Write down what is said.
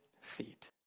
feet